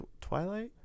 twilight